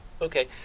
Okay